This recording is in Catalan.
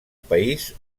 país